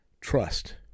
Trust